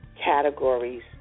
categories